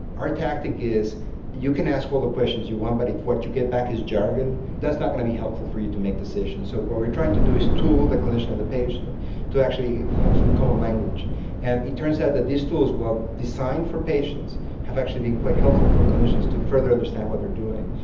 our tactic is you can ask all the questions you want but if what you get back is jargon, that's not going to be helpful for you to make decisions. so what we are trying to do is tool the clinician and the patient to actually have some common language and it turns out that these tools which were designed for patients have actually been quite helpful for clinicians to further understand what they are doing.